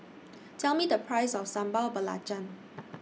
Tell Me The Price of Sambal Belacan